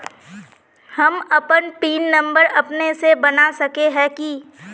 हम अपन PIN number अपने से बना सके है की?